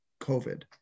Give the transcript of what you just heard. COVID